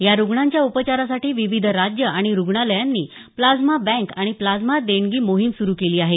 या रूग्णांच्या उपचारासाठी विविध राज्य आणि रुग्णालयांनी प्लाझ्मा बँक आणि प्लाझ्मा देणगी मोहीम सुरू केली आहे